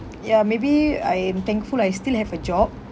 ya maybe I am thankful I still have a job